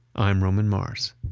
i'm roman mars.